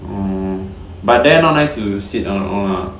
um but there not nice to sit on all lah